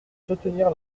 soutenir